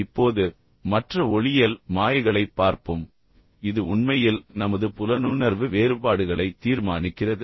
இப்போது மற்ற ஒளியியல் மாயைகளை பார்ப்போம் இது உண்மையில் நமது புலனுணர்வு வேறுபாடுகளை தீர்மானிக்கிறது